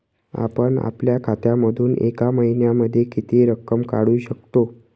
आपण आपल्या खात्यामधून एका महिन्यामधे किती रक्कम काढू शकतो?